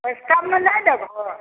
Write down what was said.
किछु कममे नहि देबहु